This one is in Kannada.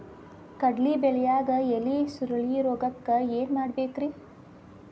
ಕಡ್ಲಿ ಬೆಳಿಯಾಗ ಎಲಿ ಸುರುಳಿರೋಗಕ್ಕ ಏನ್ ಮಾಡಬೇಕ್ರಿ?